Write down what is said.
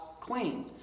clean